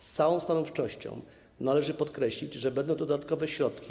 Z całą stanowczością należy podkreślić, że będą dodatkowe środki.